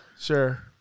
sure